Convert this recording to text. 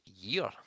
year